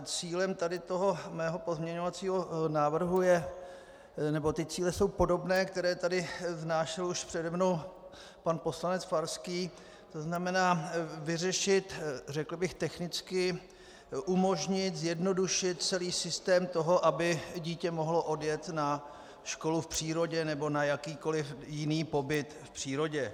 Cíle tohoto mého pozměňovacího návrhu jsou podobné, které tu vznášel už přede mnou pan poslanec Farský, tzn. vyřešit, řekl bych technicky umožnit, zjednodušit celý systém toho, aby dítě mohlo odjet na školu v přírodě nebo na jakýkoli jiný pobyt v přírodě.